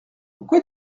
pourquoi